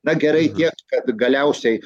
na gerai tiek kad galiausiai